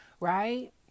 Right